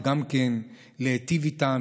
זה גם כן להיטיב איתם,